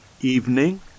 evening